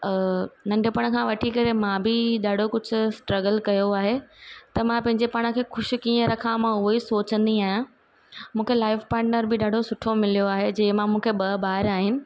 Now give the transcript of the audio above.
नंढपण खां वठी करे मां बि ॾाढो कुझु स्ट्रगल कयो आहे त मां पंहिंजे पाण खे ख़ुशि कींअ रखां मां उहो ई सोचंदी आहियां मूंखे लाइफ पार्ट्नर बि ॾाढो सुठो मिलियो आहे जे मां मूंखे ॿ ॿार आहिनि